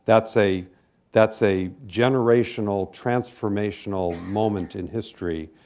that's a that's a generational transformational moment in history,